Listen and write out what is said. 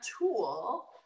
tool